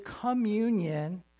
communion